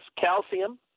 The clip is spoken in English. calcium